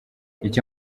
icyo